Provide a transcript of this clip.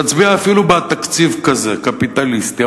להצביע בעד תקציב כזה קפיטליסטי.